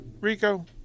Rico